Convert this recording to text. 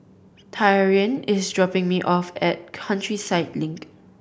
Taryn is dropping me off at Countryside Link